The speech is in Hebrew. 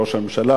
ראש הממשלה,